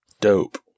dope